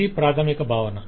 ఇది ప్రాథమిక భావన